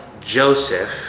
Joseph